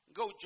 Go